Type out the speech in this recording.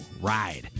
ride